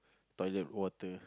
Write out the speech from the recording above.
toilet water